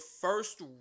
first